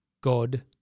God